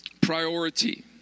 priority